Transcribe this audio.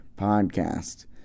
Podcast